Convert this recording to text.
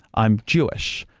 i'm jewish.